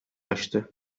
açtı